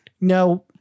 No